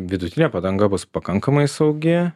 vidutinė padanga bus pakankamai saugi